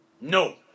No